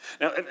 Now